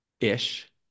ish